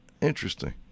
interesting